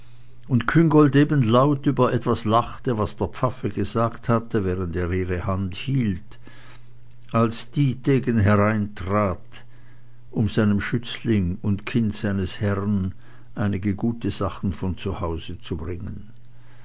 und küngolt eben laut über etwas lachte was der pfaffe gesagt hatte während er ihre hand hielt als dietegen hereintrat um seinem schützling und kind seines herren einige gute sachen von hause zu bringen